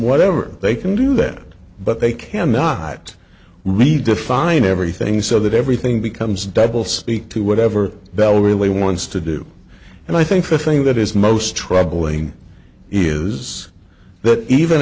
whatever they can do that but they cannot really define everything so that everything becomes double speak to whatever bell really wants to do and i think the thing that is most troubling is that even